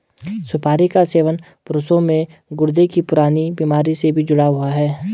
सुपारी का सेवन पुरुषों में गुर्दे की पुरानी बीमारी से भी जुड़ा हुआ है